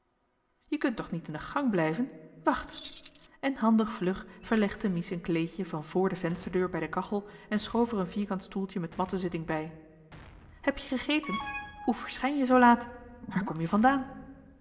je kunt toch niet in de gang blijven wacht johan de meester de zonde in het deftige dorp en handig vlug verlegde mies een kleedje van vr de vensterdeur bij de kachel en schoof er een vierkant stoeltje met matten zitting bij heb je gegeten hoe verschijn je zoo laat waar kom je van